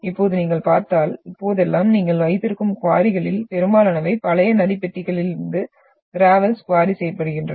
இப்போது நீங்கள் பார்த்தால் இப்போதெல்லாம் நீங்கள் வைத்திருக்கும் குவாரிகளில் பெரும்பாலானவை பழைய நதி பெட்களிலிருந்து க்ரேவல்களை குவாரி செய்யபடுகின்றன